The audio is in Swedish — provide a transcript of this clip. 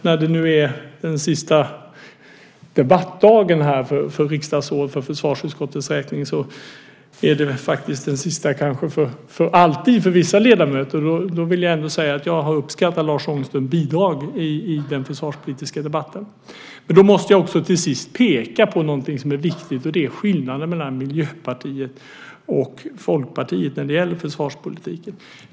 När det nu är den sista debattdagen för detta riksdagsår för försvarsutskottets räkning och kanske faktiskt den sista för alltid för vissa ledamöter, vill jag ändå säga att jag har uppskattat Lars Ångströms bidrag i den försvarspolitiska debatten. Till sist måste jag peka på något som är viktigt, och det är skillnaden mellan Miljöpartiet och Folkpartiet när det gäller försvarspolitiken.